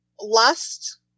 lust